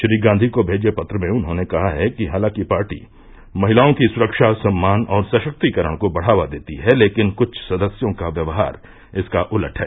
श्री गांधी को भेजे पत्र में उन्होंने कहा कि हालांकि पार्टी महिलाओं की सुरक्षा सम्मान और सशक्तिकरण को बढ़ावा देती है लेकिन क्छ सदस्यों का व्यवहार इसका उलट है